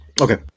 Okay